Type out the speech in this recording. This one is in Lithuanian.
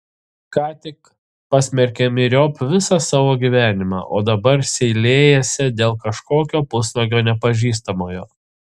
ką tik pasmerkė myriop visą savo gyvenimą o dabar seilėjasi dėl kažkokio pusnuogio nepažįstamojo